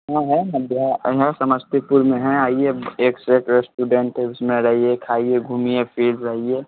हाँ हाँ हम बिहा यहाँ समस्तीपुर में है आइए एक से एक रेस्टुरेंट है उसमें रहिए खाइए घूमिए फ़िर रहिए